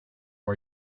are